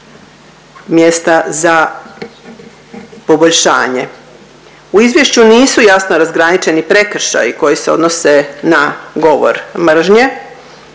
mjesta za poboljšanje. U izvješću nisu jasno razgraničeni prekršaji koji se odnose na govor mržnje